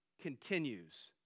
continues